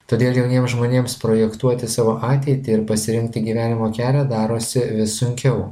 todėl jauniems žmonėms projektuoti savo ateitį ir pasirinkti gyvenimo kelią darosi vis sunkiau